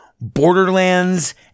Borderlands